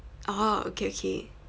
oh okay okay